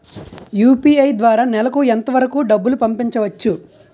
UPI ద్వారా నెలకు ఎంత వరకూ డబ్బులు పంపించవచ్చు?